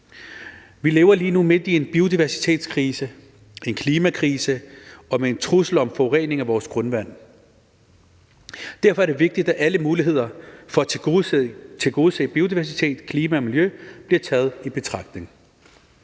Vi lever lige nu midt i en biodiversitetskrise, i en klimakrise og med en trussel om forurening af vores grundvand. Derfor er det vigtigt, at alle muligheder for at tilgodese biodiversiteten, klimaet og miljøet bliver taget i betragtning.